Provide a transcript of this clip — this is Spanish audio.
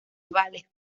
navales